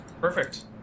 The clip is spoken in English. Perfect